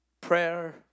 Prayer